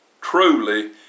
truly